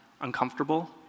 uncomfortable